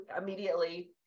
immediately